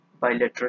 bilateral